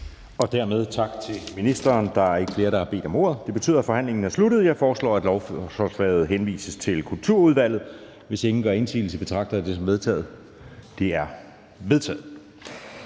Dermed tak til ministeren. Der ikke er flere, der har bedt om ordet. Det betyder, at forhandlingen er sluttet. Jeg foreslår, at lovforslaget henvises til Kulturudvalget. Hvis ingen gør indsigelse, betragter jeg det som vedtaget. Det er vedtaget.